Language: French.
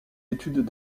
études